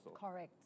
Correct